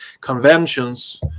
conventions